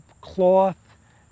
cloth